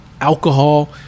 alcohol